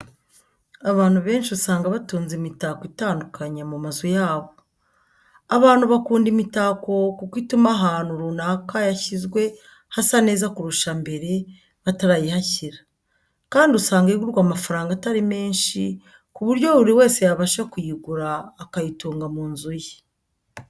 Abantu benshi usanga batunze imitako itandukanye mu mazu yabo. Abantu bakunda imitako kuko ituma ahantu runaka yashyizwe hasa neza kurusha mbere batarayihashyira. Kandi usanga igurwa amafaranga atari menci ku buryo buri wese yabasha kuyigura akayitunga mu nzu ye.